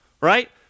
right